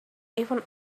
even